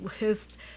list